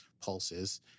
pulses